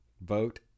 vote